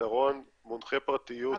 כפתרון מונחה פרטיות, בטוח.